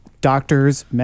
doctors